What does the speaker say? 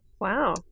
Wow